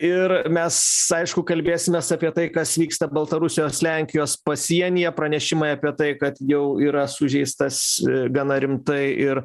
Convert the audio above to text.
ir mes aišku kalbėsimės apie tai kas vyksta baltarusijos lenkijos pasienyje pranešimai apie tai kad jau yra sužeistas gana rimtai ir